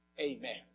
Amen